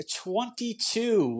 twenty-two